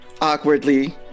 awkwardly